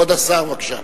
כבוד השר, בבקשה.